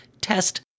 test